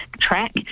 track